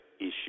issue